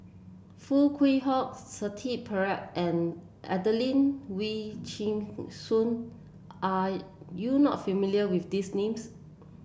Foo Kwee Horng Shanti Pereira and Adelene Wee Chin Suan are you not familiar with these names